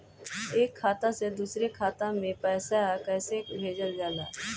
एक खाता से दुसरे खाता मे पैसा कैसे भेजल जाला?